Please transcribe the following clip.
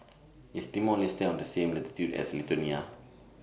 IS Timor Leste on The same latitude as Lithuania